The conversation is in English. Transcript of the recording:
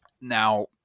Now